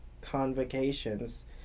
convocations